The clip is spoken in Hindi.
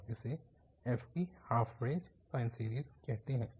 और इसे f की हाफ रेंज साइन सीरीज कहते हैं